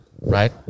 right